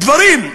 דברים,